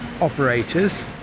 operators